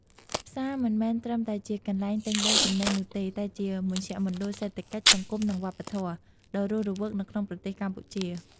ផ្សារមិនមែនត្រឹមតែជាកន្លែងទិញដូរទំនិញនោះទេ តែវាជាមជ្ឈមណ្ឌលសេដ្ឋកិច្ច សង្គម និងវប្បធម៌ ដ៏រស់រវើកនៅក្នុងប្រទេសកម្ពុជា។